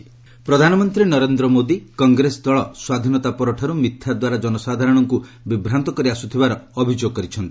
PM MP ପ୍ରଧାନମନ୍ତ୍ରୀ ନରେନ୍ଦ୍ର ମୋଦି କଂଗ୍ରେସ ଦଳ ସ୍ୱାଧୀନତା ପରଠାରୁ ମିଥ୍ୟାଦ୍ୱାରା ଜନସାଧାରଣଙ୍କୁ ବିଭ୍ରାନ୍ତ କରି ଆସୁଥିବାର ଅଭିଯୋଗ କରିଛନ୍ତି